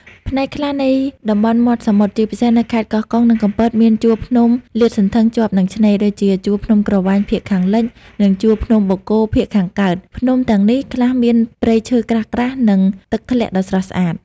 ផ្នែកខ្លះនៃតំបន់មាត់សមុទ្រ ជាពិសេសនៅខេត្តកោះកុង និងកំពត មាន ជួរភ្នំ លាតសន្ធឹងជាប់នឹងឆ្នេរ ដូចជាជួរភ្នំក្រវាញភាគខាងលិច និងជួរភ្នំបូកគោភាគខាងកើត ភ្នំទាំងនេះខ្លះមានព្រៃឈើក្រាស់ៗ និងទឹកធ្លាក់ដ៏ស្រស់ស្អាត។